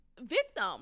victim